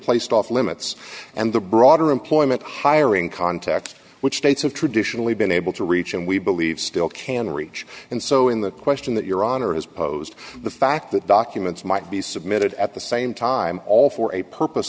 placed off limits and the broader employment hiring contacts which states have traditionally been able to reach and we believe still can reach and so in the question that your honor has posed the fact that documents might be submitted at the same time all for a purpose